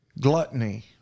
gluttony